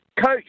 coach